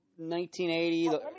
1980 –